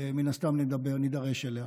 מן הסתם נידרש אליה.